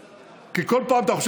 חבר הכנסת כץ.